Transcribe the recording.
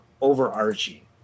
overarching